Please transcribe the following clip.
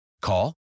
Call